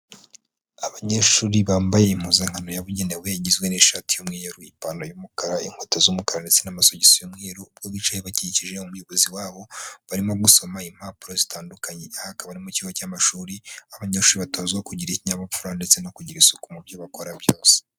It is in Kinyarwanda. Abanyeshuri bambaye impuzankano yabugenewe igizwe n'ishati y'umweru, ipantaro y'umukara, inkweto z'umukara ndetse n'amasogisi y'umweru, ubwo bicaye bakikije umuyobozi wabo barimo gusoma impapuro zitandukanye, aha akaba ari mu kigo cy'amashuri, aho abanyeshuri batozwaho kugira ikinyabupfura ndetse no kugira isuku mu byo bakora byose.